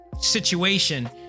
situation